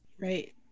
Right